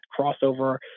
crossover